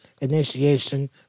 Initiation